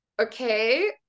okay